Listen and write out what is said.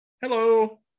Hello